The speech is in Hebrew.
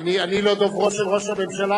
לא רוצה,